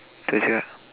itu je